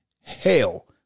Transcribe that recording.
Hell